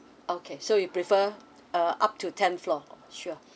okay so you prefer uh up to ten floor sure